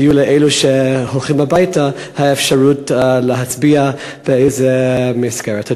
שתהיה לאלה שיוצאים הביתה האפשרות להצביע באיזו מסגרת.